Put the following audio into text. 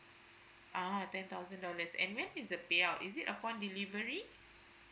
ah ten thousand dollars and when is the payout is it upon delivery